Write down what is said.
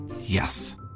Yes